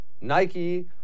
Nike